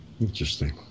Interesting